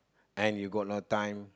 then you got no time